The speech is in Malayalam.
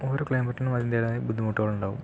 ഓരോ ക്ലൈമറ്റിനും അതിൻ്റേതായ ബുദ്ധിമുട്ടുകളുണ്ടാകും